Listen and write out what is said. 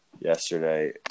yesterday